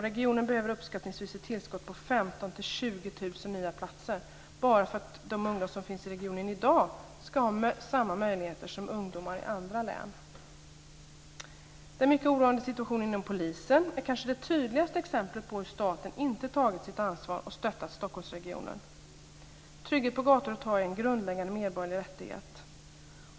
Regionen behöver uppskattningsvis ett tillskot på 15 000-20 000 nya utbildningsplatser för att de ungdomar som finns i regionen i dag ska ha samma möjligheter som ungdomar i andra län. Den mycket oroande situationen inom polisen är kanske det tydligaste exemplet på hur staten inte tagit sitt ansvar och stöttat Stockholmsregionen. Trygghet på gator och torg är en grundläggande medborgerlig rättighet.